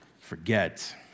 forget